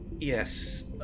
Yes